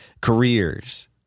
careers